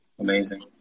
Amazing